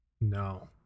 No